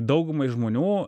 daugumai žmonių